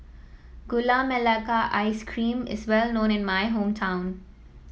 Gula Melaka Ice Cream is well known in my hometown